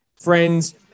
friends